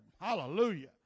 Hallelujah